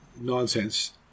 nonsense